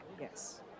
yes